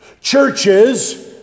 Churches